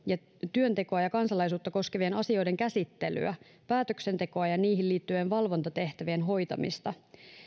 työntekoa ja kansalaisuutta koskevien asioiden käsittelyä päätöksentekoa ja niihin liittyvien valvontatehtävien hoitamista